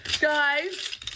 Guys